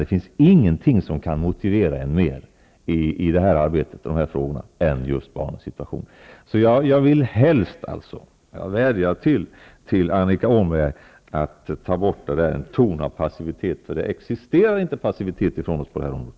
Det finns ingenting som kan motivera en mer i det här arbetet än just barnens situation. Jag vill helst att Annika Åhnberg -- jag vädjar till henne -- ändrar sig i fråga om ton av passivitet, för det existerar inte någon passivitet på det här områ det.